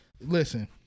Listen